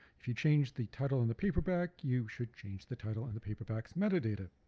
if you changed the title in the paperback you should change the title in the paperback's metadata.